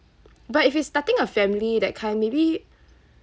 but if you're starting a family that kind maybe